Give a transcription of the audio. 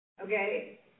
okay